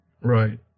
Right